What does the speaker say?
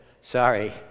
sorry